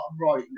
right